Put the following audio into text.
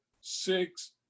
six